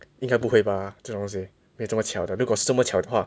应该不会吧这种东西没这么巧的如果是这么巧的话